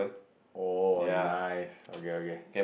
oh nice okay okay